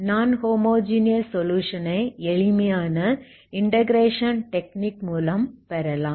நான் homogeneous solution ஐ எளிமையான இன்டகிரேஸன் டெக்னிக் மூலம் பெறலாம்